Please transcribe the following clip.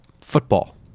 football